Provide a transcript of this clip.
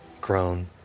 grown